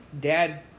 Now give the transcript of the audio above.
dad